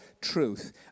truth